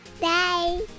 Bye